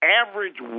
average